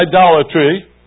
idolatry